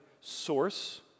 source